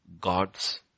God's